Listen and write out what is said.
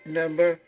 number